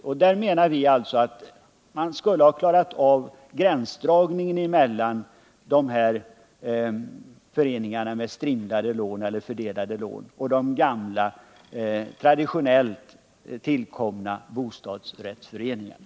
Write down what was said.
Vi menar att man skulle ha klarat av gränsdragningen mellan föreningar med fördelade lån, s.k. strimlade lån, och de gamla, traditionellt tillkomna bostadsrättsföreningarna.